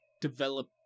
develop